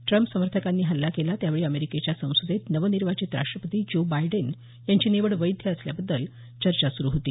Trump समर्थकांनी हल्ला केला त्यावेळी अमेरिकेच्या संसदेत नव निर्वाचित राष्ट्रपती जो बायडेन यांची निवड वैध असल्याबाबत चर्चा सुरु होती